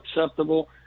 acceptable